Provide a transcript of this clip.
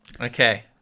Okay